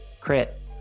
crit